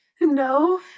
No